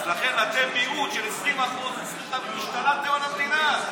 אז לכן, אתם מיעוט של 20%. השתלטתם על המדינה.